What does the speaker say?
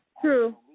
True